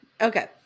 Okay